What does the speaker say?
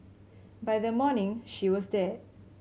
by the morning she was dead